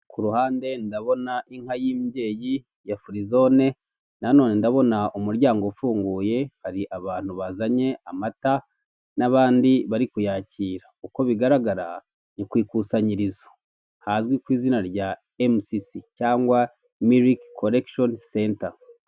Kuruhande ndabona inka y'imbyeyi ya firizone, nanone ndabona umuryango ufunguye hari abantu bazanye amata n'abandi bari kuyakira uko bigaragara ni ku ikusanyirizo, hazwi ku izina rya emusisi cyangwa miliki korekishoni senta.